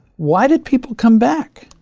why did people come back?